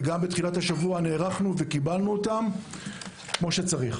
וגם בתחילת השבוע נערכנו וקיבלנו אותם כפי שצריך.